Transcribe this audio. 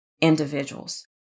individuals